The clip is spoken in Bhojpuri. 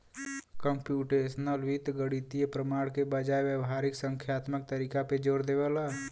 कम्प्यूटेशनल वित्त गणितीय प्रमाण के बजाय व्यावहारिक संख्यात्मक तरीका पे जोर देवला